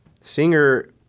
singer